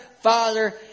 Father